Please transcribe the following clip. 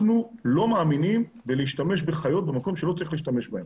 אנחנו לא מאמינים בלהשתמש בחיות במקום שלא צריך להשתמש בהן.